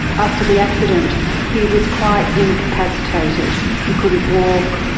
after the accident he was quite incapacitated, he couldn't walk,